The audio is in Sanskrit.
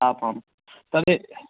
आ आं तर्हि